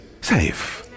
safe